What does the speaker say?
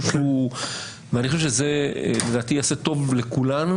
לדעתי זה יעשה טוב לכולנו.